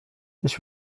ich